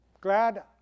Glad